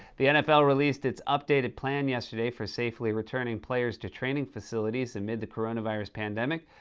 the nfl released its updated plan yesterday for safely returning players to training facilities amid the coronavirus pandemic,